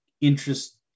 interest